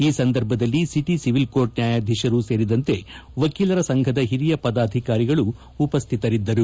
ಈ ಸಂದರ್ಭದಲ್ಲಿ city civil court ನ್ಯಾಯಾಧೀಶರು ಸೇರಿದಂತೆ ವಕೀಲರ ಸಂಫದ ಹಿರಿಯ ಪದಾಧಿಕಾರಿಗಳು ಉಪಸ್ಥಿತರಿದ್ದರು